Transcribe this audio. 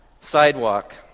sidewalk